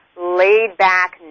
laid-back